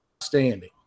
Standing